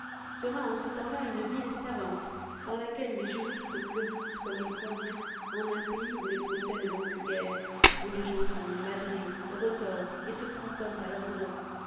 sera en ce temps-là une ville savante dans laquelle les juristes fleurissent comme il convient en un pays où les procès ne manquent guère où les gens sont madrés retors et se cramponnent à leurs droits